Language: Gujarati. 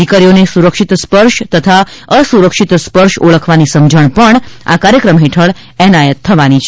દિકરીઓને સુરક્ષિત સ્પર્શ તથા અસુરક્ષિત સ્પર્શ ઓળખવાની સમજણ પણ આ કાર્યક્રમ હેઠળ એનાયત થવાની છે